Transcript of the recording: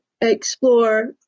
explore